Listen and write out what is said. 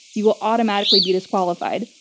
you will automatically be disqualified.